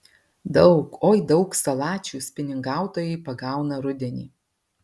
daug oi daug salačių spiningautojai pagauna rudenį